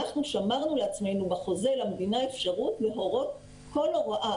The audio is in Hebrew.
אנחנו שמרנו לעצמנו בחוזה למדינה אפשרות להורות כל הוראה